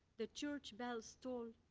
the church bells toll.